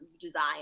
design